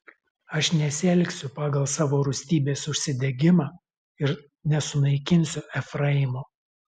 aš nesielgsiu pagal savo rūstybės užsidegimą ir nesunaikinsiu efraimo